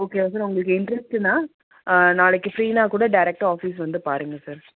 ஓகேவா சார் உங்களுக்கு இன்ட்ரஸ்ட்டுன்னால் நாளைக்கு ஃப்ரீன்னால் கூட டேரக்ட்டாக ஆஃபிஸ் வந்து பாருங்கள் சார்